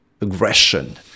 aggression